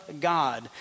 God